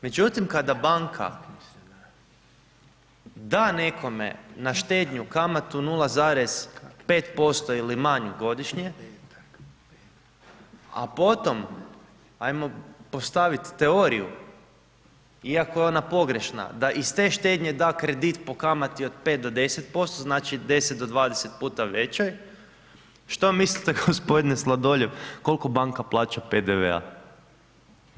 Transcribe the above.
Međutim, kada banka da nekome na štednju kamatu 0,5% ili manju godišnje a potom ajmo postaviti teoriju iako je ona pogrešna da iz te štednje da kredit po kamati od 5 do 10%, znači 10 do 20 puta većoj što mislite gospodine Sladoljev koliko banka plaća PDV-a?